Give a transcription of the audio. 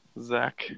Zach